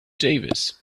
davis